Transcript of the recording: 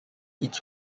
each